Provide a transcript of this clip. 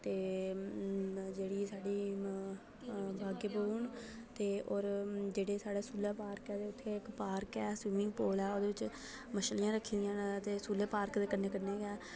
ते जेह्ड़ी साढ़ी बागे बाहू न ते और जेह्ड़े साढ़े सु'ल्ला पार्क ऐ ते उत्थै इक पार्क ऐ स्विमिंग पूल ऐ ओह्दे च मछलियां रक्खी दियां न ते सु'ल्ला पार्क दे कन्नै कन्नै गै